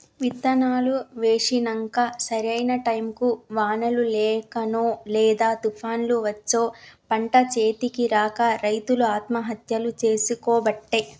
విత్తనాలు వేశినంక సరైన టైముకు వానలు లేకనో లేదా తుపాన్లు వచ్చో పంట చేతికి రాక రైతులు ఆత్మహత్యలు చేసికోబట్టే